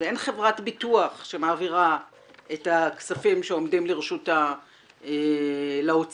הרי אין חברת ביטוח שמעבירה את הכספים שעומדים לרשותה לאוצר,